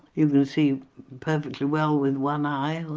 you can see perfectly well with one eye.